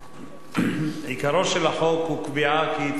עיקרו של החוק הוא קביעה שיתקיים מועד